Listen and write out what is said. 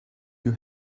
you